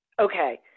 Okay